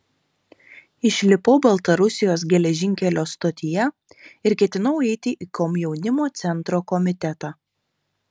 išlipau baltarusijos geležinkelio stotyje ir ketinau eiti į komjaunimo centro komitetą